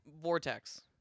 vortex